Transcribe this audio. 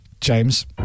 James